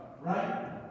right